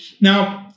now